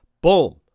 boom